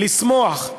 לשמוח,